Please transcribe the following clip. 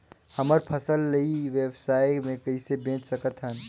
हमर फसल ल ई व्यवसाय मे कइसे बेच सकत हन?